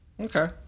Okay